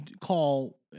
call